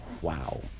Wow